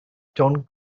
don‘t